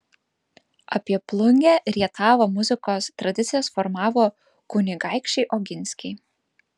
apie plungę rietavą muzikos tradicijas formavo kunigaikščiai oginskiai